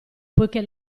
poichè